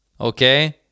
okay